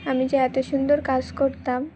আমি যে এত সুন্দর কাজ করতাম